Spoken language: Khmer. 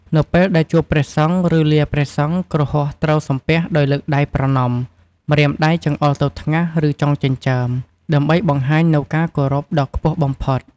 នៅពេលដែលជួបព្រះសង្ឃ ឬលាព្រះសង្ឃ គ្រហស្ថត្រូវសំពះដោយលើកដៃប្រណម្យ ម្រាមដៃចង្អុលទៅថ្ងាស ឬចុងចិញ្ចើម ដើម្បីបង្ហាញនូវការគោរពដ៏ខ្ពស់បំផុត។